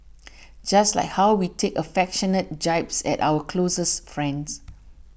just like how we take affectionate jibes at our closest friends